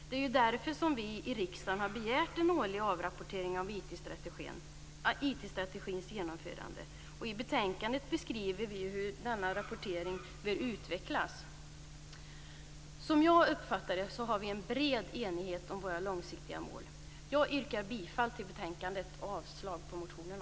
Det är ju därför som vi i riksdagen har begärt en årlig avrapportering av IT strategins genomförande. I betänkandet beskriver vi hur denna rapportering bör utvecklas. Som jag uppfattar det råder det en bred enighet om våra långsiktiga mål. Jag yrkar bifall till hemställan i betänkandet och avslag på reservationerna.